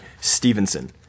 Stevenson